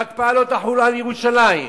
וההקפאה לא תחול על ירושלים,